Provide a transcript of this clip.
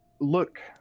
look